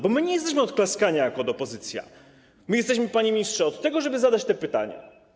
Bo my nie jesteśmy od klaskania jako opozycja, my jesteśmy, panie ministrze, od tego, żeby zadać te pytania.